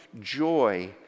joy